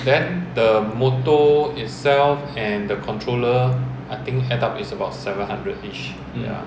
then the motor itself and the controller I think add up is about seven hundred each ya